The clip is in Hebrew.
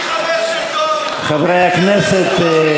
חברי הכנסת,